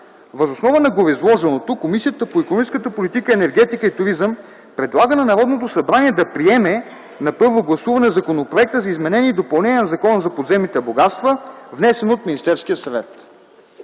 Въз основа на гореизложеното Комисията по икономическата политика, енергетика и туризъм предлага на Народното събрание да приеме на първо гласуване Законопроекта за изменение и допълнение на Закона за подземните богатства, внесен от Министерския съвет.”